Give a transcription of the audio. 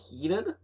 heated